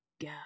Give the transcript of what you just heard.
go